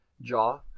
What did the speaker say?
Jaw